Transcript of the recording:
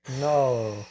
No